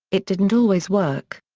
it didn't always work.